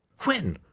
when?